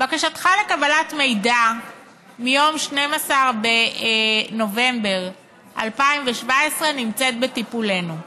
"בקשתך לקבלת מידע מיום 12 בנובמבר 2017 נמצאת בטיפולנו.